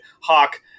Hawk